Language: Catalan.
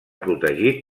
protegit